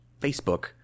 Facebook